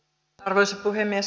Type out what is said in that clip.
arvoisa puhemies